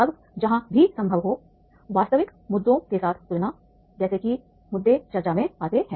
अब जहां भी संभव हो वास्तविक मुद्दों के साथ तुलना जैसे कि मुद्दे चर्चा में आते हैं